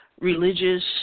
religious